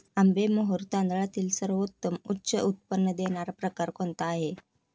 आंबेमोहोर तांदळातील सर्वोत्तम उच्च उत्पन्न देणारा प्रकार कोणता आहे?